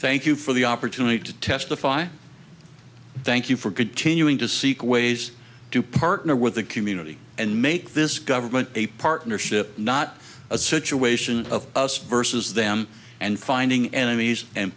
thank you for the opportunity to testify thank you for continuing to seek ways to partner with the community and make this government a partnership not a situation of us versus them and finding enemies and